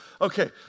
Okay